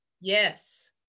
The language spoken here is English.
Yes